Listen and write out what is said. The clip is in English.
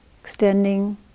extending